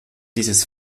dieses